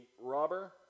robber